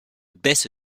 baisse